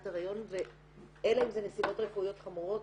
היריון אלא אם זה נסיבות רפואיות חמורות,